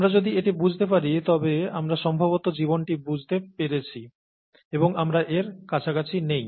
আমরা যদি এটি বুঝতে পারি তবে আমরা সম্ভবত জীবনটি বুঝতে পেরেছি এবং আমরা এর কাছাকাছি নেই